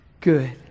good